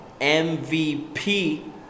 MVP